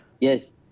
Yes